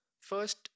First